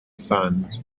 sons